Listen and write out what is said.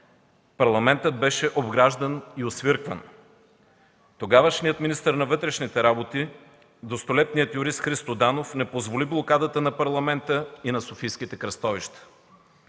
Парламентът беше обграждан и освиркван. Тогавашният министър на вътрешните работи – достолепният юрист Христо Данов, не позволи блокадата на Парламента и на софийските кръстовища.